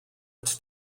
its